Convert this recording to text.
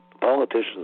politicians